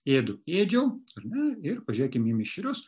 ėdu ėdžiau ar ne ir pažiūrėkim į mišrius